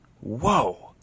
whoa